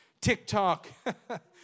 TikTok